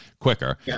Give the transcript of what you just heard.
quicker